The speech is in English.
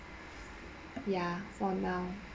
ya for now